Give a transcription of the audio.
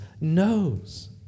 knows